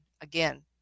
Again